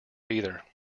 either